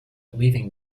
leaving